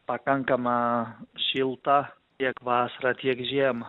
pakankama šilta tiek vasarą tiek žiemą